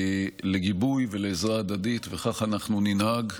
לגיבוי ולעזרה הדדית, וכך אנחנו ננהג,